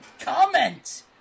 Comment